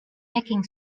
nicking